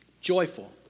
Joyful